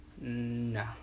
No